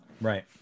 Right